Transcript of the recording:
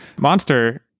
Monster